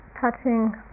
touching